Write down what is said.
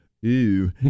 ew